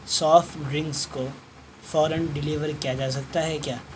soft drinks کو فوراً deliver کیا جا سکتا ہے کیا